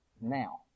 now